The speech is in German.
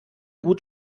gut